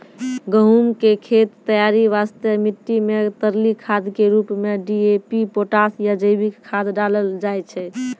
गहूम के खेत तैयारी वास्ते मिट्टी मे तरली खाद के रूप मे डी.ए.पी पोटास या जैविक खाद डालल जाय छै